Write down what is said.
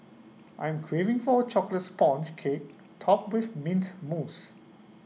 I am craving for A Chocolate Sponge Cake Topped with Mint Mousse